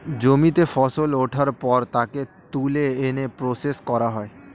জমিতে ফসল ওঠার পর তাকে তুলে এনে প্রসেস করা হয়